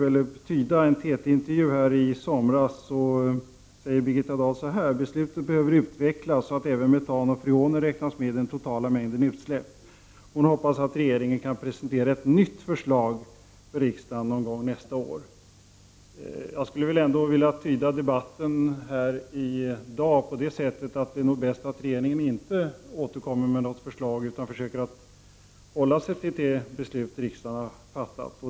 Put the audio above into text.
Enligt en TT-intervju i somras säger Birgitta Dahl att beslutet behöver utvecklas så att även metan och freoner räknas med i den totala mängden utsläpp och att hon hoppas att regeringen kan presentera ett nytt förslag för riksdagen någon gång under nästa år. Jag tyder debatten i dag på det sättet, att det nog är bäst att regeringen inte återkommer med något förslag utan försöker hålla sig till det beslut riksdagen fattat.